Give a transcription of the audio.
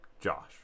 Josh